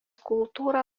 kultūra